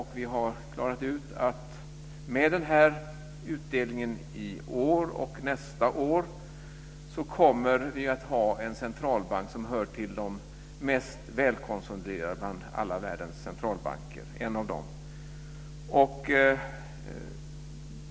Vi har klarat ut att med den här utdelningen i år och nästa år kommer vi att ha en centralbank som hör till de mest välkonsoliderade centralbankerna i världen.